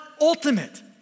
ultimate